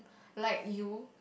like you